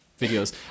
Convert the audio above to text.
videos